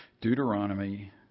Deuteronomy